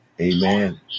amen